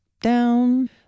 down